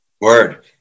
Word